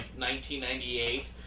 1998